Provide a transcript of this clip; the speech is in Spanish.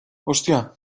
hostia